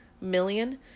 million